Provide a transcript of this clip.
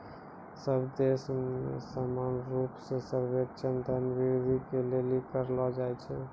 सब देश मे समान रूप से सर्वेक्षण धन वृद्धि के लिली करलो जाय छै